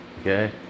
Okay